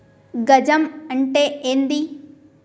గజం అంటే ఏంది?